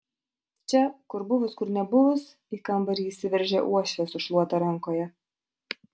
čia kur buvus kur nebuvus į kambarį įsiveržia uošvė su šluota rankoje